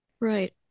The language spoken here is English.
Right